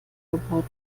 gebaut